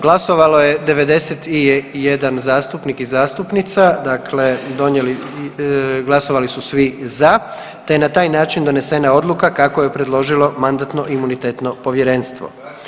Glasovalo je 91 zastupnik i zastupnica, dakle donijeli, glasovali su svi za, te je na taj način donesena odluka kako je predložilo Mandatno-imunitetno povjerenstvo.